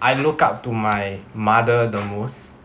I look up to my mother the most